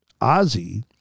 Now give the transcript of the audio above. Ozzy